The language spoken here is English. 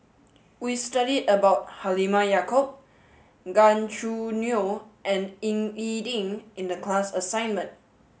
we studied about Halimah Yacob Gan Choo Neo and Ying E Ding in the class assignment